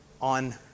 on